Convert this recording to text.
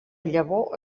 llavor